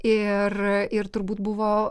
ir ir turbūt buvo